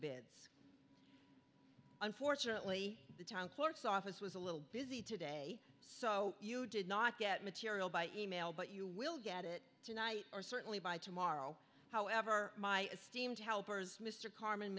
bits unfortunately the time clerk's office was a little busy today so you did not get material by e mail but you will get it tonight or certainly by tomorrow however my esteemed helpers mr carm